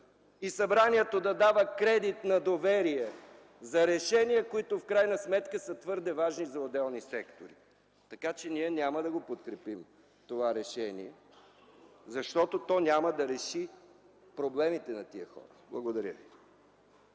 и събранието да дава кредит на доверие за решения, които в крайна сметка са твърде важни за отделни сектори! Ние няма да подкрепим това решение, защото то няма да реши проблемите на тези хора. Благодаря ви.